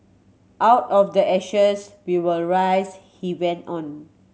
out of the ashes we will rise he went on